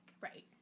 Right